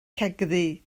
cegddu